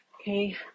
Okay